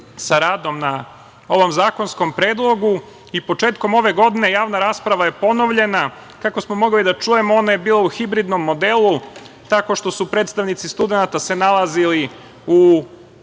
sa radom na ovom zakonskom predlogu i početkom ove godine, javna rasprava je ponovljena, i kako smo mogli da čujemo ona je bila u hibridnom delu, tako što su predstavnici studenata se nalazili u